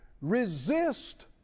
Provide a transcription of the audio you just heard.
Resist